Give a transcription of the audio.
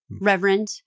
reverend